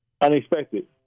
unexpected